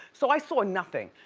so i saw nothing.